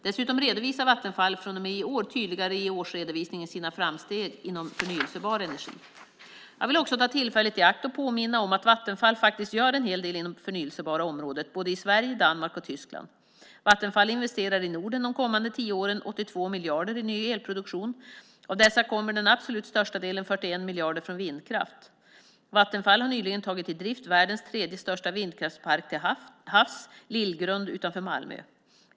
Dessutom redovisar Vattenfall från och med i år tydligare i årsredovisningen sina framsteg inom förnybar energi. Jag vill också ta tillfället i akt och påminna om att Vattenfall faktiskt gör en hel del inom det förnybara området i både Sverige, Danmark och Tyskland. Vattenfall investerar i Norden de kommande tio åren 82 miljarder i ny elproduktion. Av dessa kommer den absolut största delen, 41 miljarder, från vindkraft. Vattenfall har nyligen tagit i drift världens tredje största vindkraftspark till havs, Lillgrund utanför Malmö.